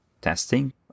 testing